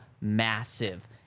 massive